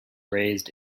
raised